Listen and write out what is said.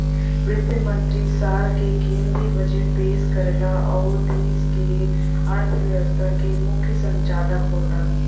वित्त मंत्री साल क केंद्रीय बजट पेश करेला आउर देश क अर्थव्यवस्था क मुख्य संचालक होला